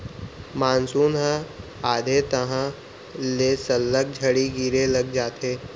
monsoon ह आथे तहॉं ले सल्लग झड़ी गिरे लग जाथे